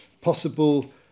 possible